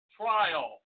trial